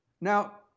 Now